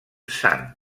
sant